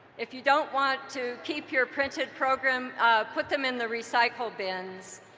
if you don't want to keep your printed program put them in the recycle bins.